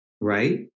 right